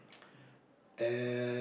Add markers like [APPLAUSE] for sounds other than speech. [NOISE] uh